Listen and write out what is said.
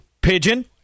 Pigeon